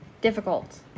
difficult